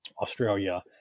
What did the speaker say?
Australia